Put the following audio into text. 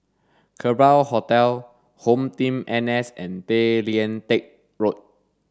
Lerbau Hotel HomeTeam N S and Tay Lian Teck Road